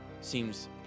Seems